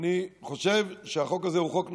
אני חושב שהחוק הזה הוא חוק נכון.